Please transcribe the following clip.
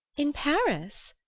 in paris?